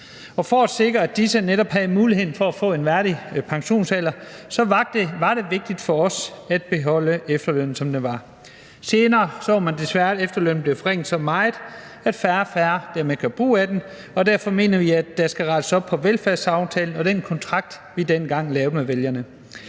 for at sikre, at de netop havde muligheden for at få en værdig pensionsalder, så var det vigtigt for os at beholde efterlønnen, som den var. Senere så man desværre, at efterlønnen blev forringet så meget, at færre og færre dermed gjorde brug af den, og derfor mener vi, at der skal rettes op på velfærdsaftalen og den kontrakt, vi dengang lavede med vælgerne.